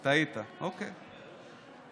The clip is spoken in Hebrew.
טעית, אוקיי,